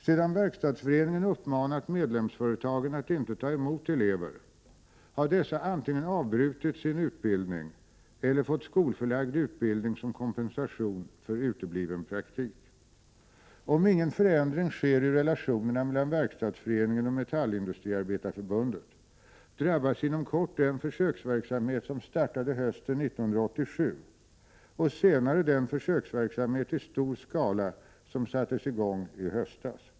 Sedan Verkstadsföreningen uppmanat medlemsföretagen att inte ta emot elever, har dessa antingen avbrutit sin utbildning eller fått skolförlagd utbildning som kompensation för utebliven praktik. Om ingen förändring sker i relationerna mellan Verkstadsföreningen och Metallindustriarbetareförbundet, drabbas inom kort den försöksverksamhet som startade hösten 1987 och senare den försöksverksamhet i stor skala som sattes i gång i höstas.